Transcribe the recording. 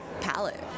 palette